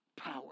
Power